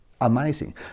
Amazing